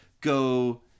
go